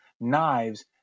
Knives